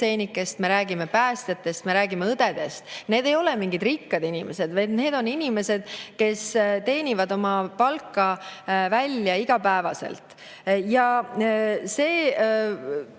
me räägime päästjatest, me räägime õdedest. Need ei ole mingid rikkad inimesed, vaid need on inimesed, kes iga päev oma palka välja teenivad. Need